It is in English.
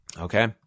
Okay